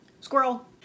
Squirrel